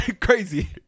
crazy